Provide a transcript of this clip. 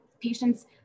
patients